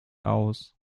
aus